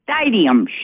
Stadium